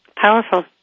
Powerful